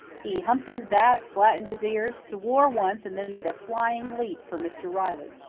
he humped his back, flattened his ears, swore once, and then made a flying leap for mr. riley.